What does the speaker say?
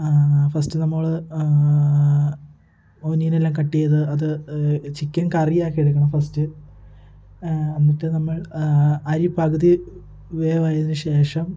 first നമ്മള് ഒനിയനെല്ലം cut ചെയ്ത് അത് ചിക്കൻ കറി ആക്കി എടുക്കണം ഫസ്റ്റ് എന്നിട്ട് നമ്മൾ അരി പകുതി വേവായതിന് ശേഷം